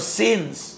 sins